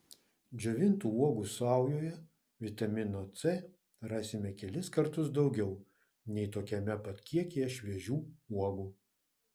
džiovintų uogų saujoje vitamino c rasime kelis kartus daugiau nei tokiame pat kiekyje šviežių uogų